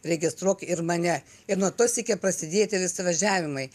registruok ir mane ir nuo to sykio prasidėjo tie visi suvažiavimai